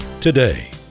today